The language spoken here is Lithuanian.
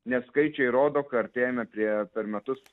nes skaičiai rodo kad artėjame prie per metus